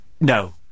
No